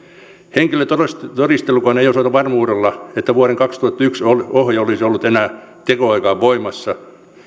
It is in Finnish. henkilötodistelukaan ei osoita varmuudella että vuoden kaksituhattayksi ohje olisi ollut enää tekoaikaan voimassa